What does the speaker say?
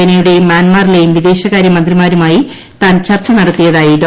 ചൈനയുടേയും മൃാൻമാറിലേയും വിദേശ കാര്യമന്ത്രിമാരുമായി താൻ ചർച്ച നടത്തിയതായി ഡോ